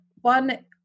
one